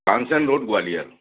Tansen road Gwalior